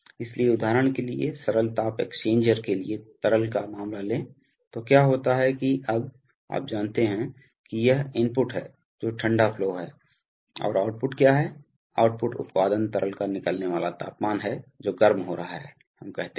इसलिए उदाहरण के लिए तरल ताप एक्सचेंजर के लिए तरल का मामला लें तो क्या होता है कि अब आप जानते हैं कि यह इनपुट है जो ठंडा फ्लो है और आउटपुट क्या है आउटपुट उत्पादन तरल का निकलने वाला तापमान है जो गर्म हो रहा है हम कहते है